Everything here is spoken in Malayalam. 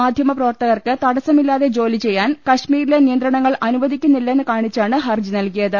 മാധ്യമപ്ര വർത്തകർക്ക് തടസ്സമില്ലാതെ ജോലിചെയ്യാൻ കശ്മീരിലെ നിയന്ത്ര ണങ്ങൾ അനുവദിക്കുന്നില്ലെന്ന് കാണിച്ചാണ് ഹർജി നൽകിയത്